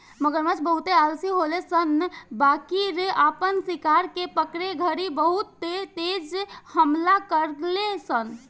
मगरमच्छ बहुते आलसी होले सन बाकिर आपन शिकार के पकड़े घड़ी बहुत तेज हमला करेले सन